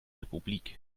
republik